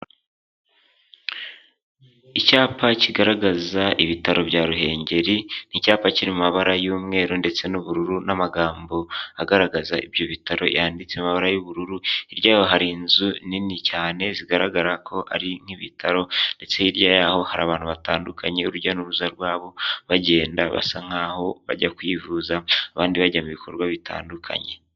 Icyapa kigaragaza ibitaro bya Ruhengeri, ni icyapa kiri mu mabara y'umweru ndetse n'ubururu n'amagambo agaragaza ibyo bitaro yanditse mu mabara y'ubururu, hirya y'aho hari inzu nini cyane zigaragara ko ari nk'ibitaro, ndetse hirya y'aho hari abantu batandukanye urujya n'uruza rwabo bagenda basa nkaho bajya kwivuza abandi bajya mu bikorwa bitandukanye.